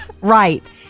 Right